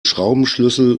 schraubenschlüssel